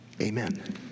Amen